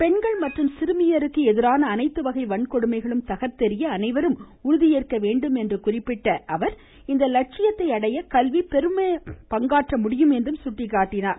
பெண்கள் மற்றும் சிறுமியருக்கு எதிரான அனைத்து வகை வன்கொடுமைகளும் தகர்த்தெறிய அனைவரும் உறுதியேற்க வேண்டும் என்று குறிப்பிட்ட அவர் இந்த லட்சியத்தை அடைய கல்வி பெரும் பங்காற்ற முடியும் என்று சுட்டிக்காட்டினார்